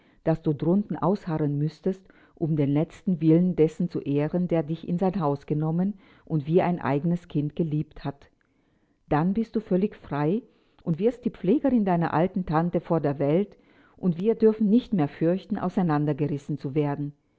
daß du drunten ausharren müßtest um den letzten willen dessen zu ehren der dich in sein haus genommen und wie ein eigenes kind geliebt hat dann bist du völlig frei und wirst die pflegerin deiner alten tante vor aller welt und wir dürfen nicht mehr fürchten auseinander gerissen zu werden